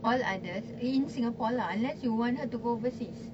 all others in singapore lah unless you want her to go overseas